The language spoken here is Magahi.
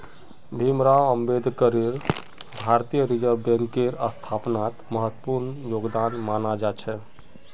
भीमराव अम्बेडकरेर भारतीय रिजर्ब बैंकेर स्थापनात महत्वपूर्ण योगदान माना जा छे